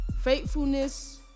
faithfulness